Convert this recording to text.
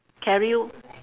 carry you